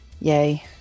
yay